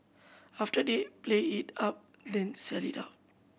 after they play it up then sell it out